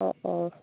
অঁ অঁ